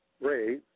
Ray